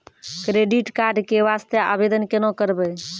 Credit card के वास्ते आवेदन केना करबै?